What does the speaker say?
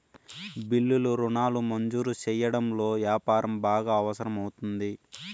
బిల్లులు రుణాలు మంజూరు సెయ్యడంలో యాపారం బాగా అవసరం అవుతుంది